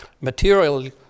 materially